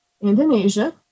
Indonesia